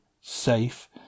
safe